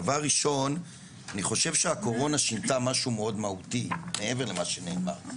דבר ראשון אני חושב שהקורונה שינתה משהו מאוד מהותי מעבר למה שנאמר.